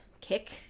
kick